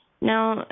Now